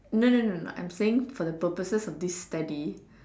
no no no no I'm saying for the purposes for this study